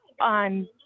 on